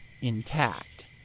intact